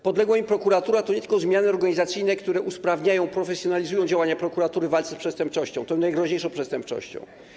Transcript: Podległa mi prokuratura to nie tylko zmiany organizacyjne, które usprawniają, profesjonalizują działania prokuratury w walce z przestępczością, tą najgroźniejszą przestępczością.